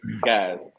guys